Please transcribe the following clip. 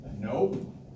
Nope